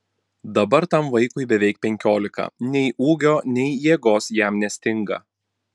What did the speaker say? dabar tam vaikui beveik penkiolika nei ūgio nei jėgos jam nestinga